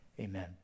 amen